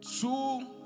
two